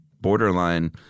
borderline